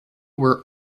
were